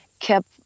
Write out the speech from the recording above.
Kept